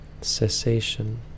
cessation